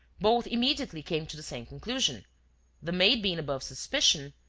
both immediately came to the same conclusion the maid being above suspicion,